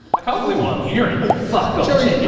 i can't believe what i'm hearing. fuck so yeah